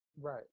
Right